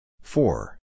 Four